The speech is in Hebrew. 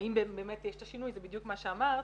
האם באמת יש את השינוי, זה בדיוק מה שאמרת,